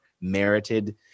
merited